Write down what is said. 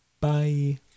Bye